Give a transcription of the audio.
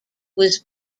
was